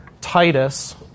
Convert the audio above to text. Titus